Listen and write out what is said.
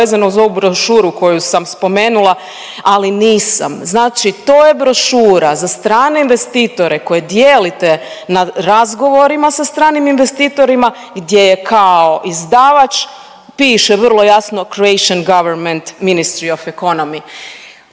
Znači to je brošura za strane investitore koje dijelite na razgovorima sa stranim investitorima gdje je kao izdavač, piše vrlo jasno Croatian government ministry of economy,